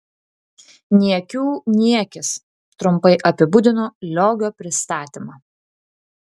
niekių niekis trumpai apibūdino liogio pristatymą